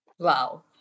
Wow